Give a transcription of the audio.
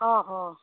অঁ অঁ